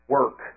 work